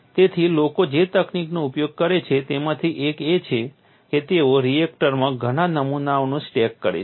તેથી લોકો જે તકનીકોનો ઉપયોગ કરે છે તેમાંની એક એ છે કે તેઓ રિએક્ટરમાં ઘણા નમૂનાઓ સ્ટેક કરે છે